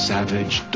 Savage